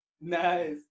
Nice